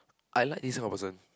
I like this kind of person